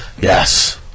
Yes